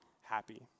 happy